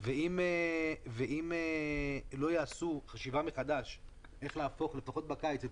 אם לא יעשו חשיבה מחדש איך להפוך לפחות בקיץ את